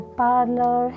parlor